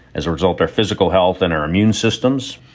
as a result, our physical health and our immune systems,